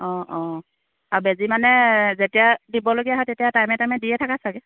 অঁ অঁ আৰু বেজী মানে যেতিয়া দিবলগীয়া হয় তেতিয়া টাইমে টাইমে দিয়ে থাকা চাগে